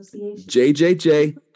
JJJ